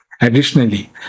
additionally